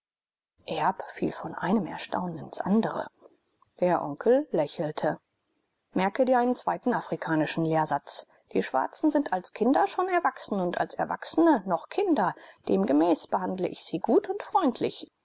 erb fiel von einem erstaunen ins andere der onkel lächelte merke dir einen zweiten afrikanischen lehrsatz die schwarzen sind als kinder schon erwachsen und als erwachsene noch kinder demgemäß behandle ich sie gut und freundlich